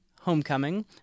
Homecoming